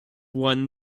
won